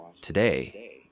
today